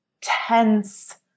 tense